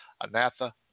Anatha